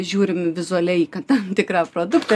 žiūrim vizualiai kad tam tikrą produktą